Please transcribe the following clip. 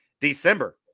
December